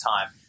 time